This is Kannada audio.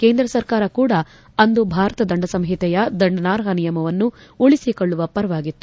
ಕೇಂದ್ರ ಸರ್ಕಾರ ಕೂಡ ಅಂದು ಭಾರತ ದಂಡ ಸಂಹಿತೆಯ ದಂಡನಾರ್ಹ ನಿಯಮವನ್ನು ಉಳಿಸಿಕೊಳ್ಳುವ ಪರವಾಗಿತ್ತು